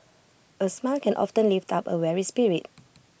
A smile can often lift up A weary spirit